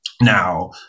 now